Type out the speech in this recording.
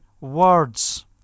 words